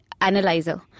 analyzer